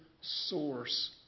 source